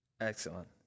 Excellent